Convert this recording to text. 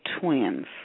twins